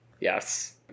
yes